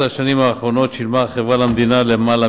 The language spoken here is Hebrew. ב-12 השנים האחרונות שילמה החברה למדינה למעלה